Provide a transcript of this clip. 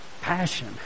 passion